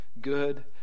good